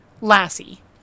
Lassie